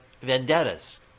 vendettas